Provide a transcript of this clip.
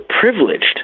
privileged